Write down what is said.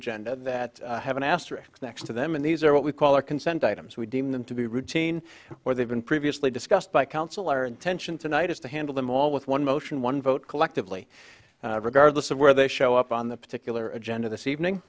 agenda that have an asterisk next to them and these are what we call our consent items we deem them to be routine or they've been previously discussed by counsel our intention tonight is to handle them all with one motion one vote collectively regardless of where they show up on the particular agenda this evening